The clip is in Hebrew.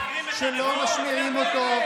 זה לא שידור ציבורי.